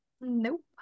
Nope